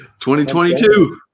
2022